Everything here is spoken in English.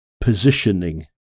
positioning